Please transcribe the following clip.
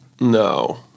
No